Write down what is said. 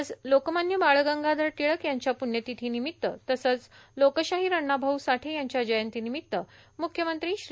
आज लोकमान्य बाळ गंगाधर टिळक यांच्या प्रण्यतिथीनिमित्त तसंच लोकशाहीर अण्णाभाऊ साठे यांच्या जयंतीनिमित्त मुख्यमंत्री श्री